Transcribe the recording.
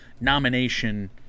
nomination